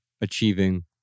achieving